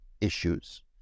issues